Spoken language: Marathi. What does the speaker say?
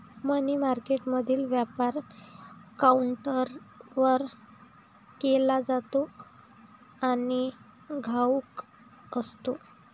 मनी मार्केटमधील व्यापार काउंटरवर केला जातो आणि घाऊक असतो